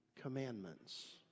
commandments